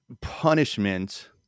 punishment